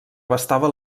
abastava